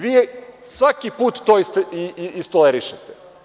Vi svaki put to istolerišete.